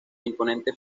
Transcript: imponente